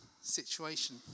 situation